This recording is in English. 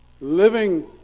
living